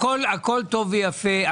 הכול טוב ויפה.